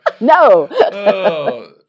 no